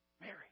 Mary